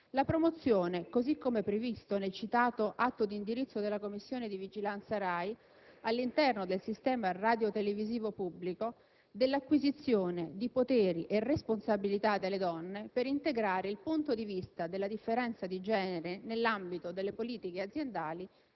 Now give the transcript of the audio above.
la promozione, così come previsto nel citato atto di indirizzo della Commissione di vigilanza RAI, all'interno del sistema radiotelevisivo pubblico, dell'acquisizione di poteri e responsabilità delle donne per integrare il punto di vista della differenza di genere nell'ambito delle politiche aziendali